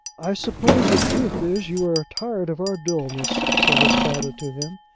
i suppose the truth is you are tired of our dulness, said his father to him,